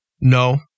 No